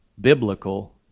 biblical